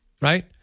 right